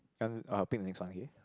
I'll pick the next one okay